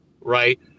right